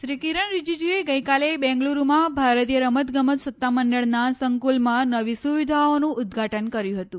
શ્રી કિરણ રીજીજુએ ગઈકાલે બેંગલુરૂમાં ભારતીય રમતગમત સત્તામંડળના સંકુલમાં નવી સુવિધાઓનું ઉદઘાટન કર્યું હતું